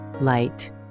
light